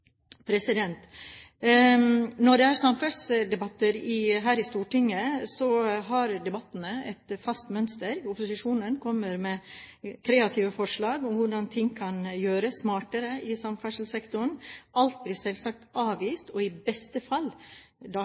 oss. Når det er samferdselsdebatter her i Stortinget, har debatten et fast mønster. Opposisjonen kommer med kreative forslag om hvordan ting kan gjøres smartere i samferdselssektoren. Alt blir selvsagt avvist og i beste fall – da